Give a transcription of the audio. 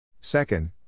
Second